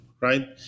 right